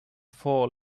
fall